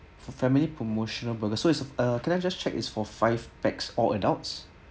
for family promotional burger so is uh can I just check it's for five pax all adults